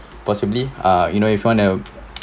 possibly uh you know if want to